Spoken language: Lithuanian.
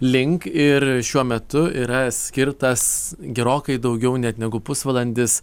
link ir šiuo metu yra skirtas gerokai daugiau net negu pusvalandis